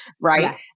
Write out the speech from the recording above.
Right